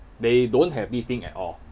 they don't have this thing at all